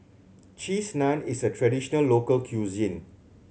Cheese Naan is a traditional local cuisine